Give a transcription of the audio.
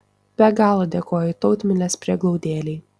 be galo dėkoju tautmilės prieglaudėlei